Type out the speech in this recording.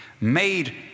made